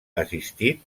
assistit